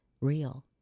real